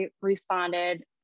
responded